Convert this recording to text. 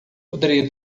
poderia